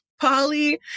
polly